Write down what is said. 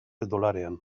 dolarean